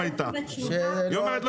היא אומרת,